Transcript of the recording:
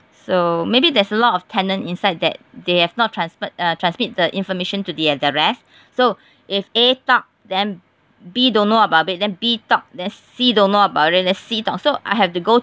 so maybe there's a lot of tenants inside that they have not transport uh transmit the information to the the rest so if A talk then B don't know about it then B talk then C don't know about it then C talk so I have to go